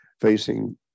facing